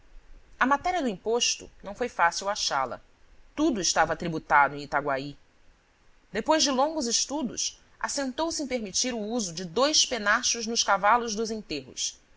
a matéria do imposto não foi fácil achá-la tudo estava tributado em itaguaí depois de longos estudos assentouse em permitir o uso de dois penachos nos cavalos dos enterros